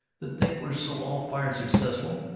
that think we're so all-fired successful,